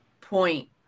point